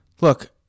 Look